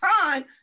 time